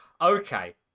Okay